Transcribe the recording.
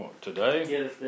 today